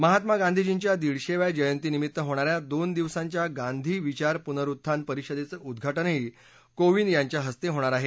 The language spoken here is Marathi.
महात्मा गांधीजींच्या दिडशेव्या जयंती निमित्त होणा या दोन दिवसांच्या गांधी विचार पुनरुत्थान परिषदेच उद्घाटनही कोविंद यांच्या हस्ते होणार आहे